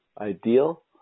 ideal